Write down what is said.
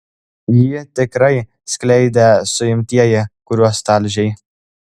jį tikrai skleidė suimtieji kuriuos talžei